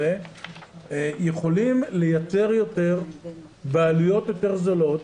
יכולים לייצר יותר בעלויות יותר זולות.